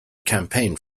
campaign